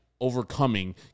overcoming